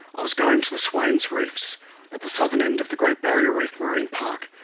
i was going to the swains reefs at the southern end of the great barrier reef marine park,